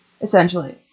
essentially